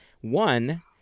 one